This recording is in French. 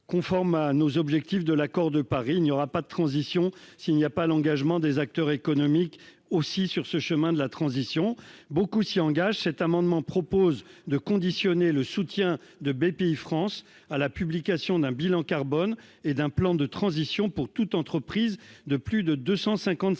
conforme à nos objectifs de l'Accord de Paris, il n'y aura pas de transition s'il n'y a pas l'engagement des acteurs économiques aussi sur ce chemin de la transition. Beaucoup s'y engage, cet amendement propose de conditionner le soutien de Bpifrance à la publication d'un bilan carbone et d'un plan de transition pour toute entreprise de plus de 250